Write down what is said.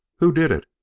who did it?